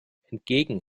entgegen